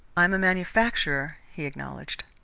i am a manufacturer, he acknowledged.